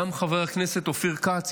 גם חבר הכנסת אופיר כץ,